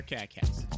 CatCast